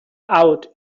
out